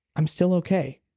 i'm still okay.